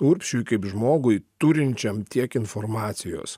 urbšiui kaip žmogui turinčiam tiek informacijos